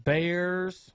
Bears